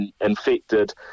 infected